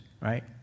right